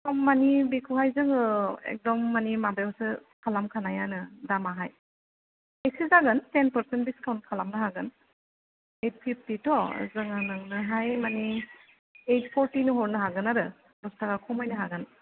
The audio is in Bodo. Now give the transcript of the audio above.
खम मानि बेखौहाय जोङो एखदम मानि माबायावसो खालामखानायानो दामाहाय एसे जागोन टेन पारसेन्ट डिसकाउन्ट खालामनो हागोन ओइट फिफटिथ' जोङो नोंनोहाय मानि ओइट फरटिनि हरनो हागोन आरो दस थाखा खमायनो हागोन